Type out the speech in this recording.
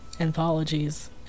anthologies